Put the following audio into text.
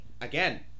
Again